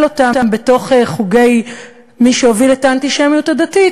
אותם בתוך החוגים של מי שהוביל את האנטישמיות הדתית,